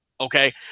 okay